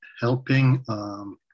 helping